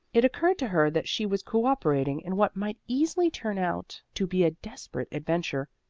it occurred to her that she was cooperating in what might easily turn out to be a desperate adventure,